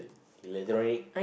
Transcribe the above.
electronic